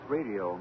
Radio